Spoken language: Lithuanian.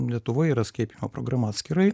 lietuvoj yra skiepijimo programa atskirai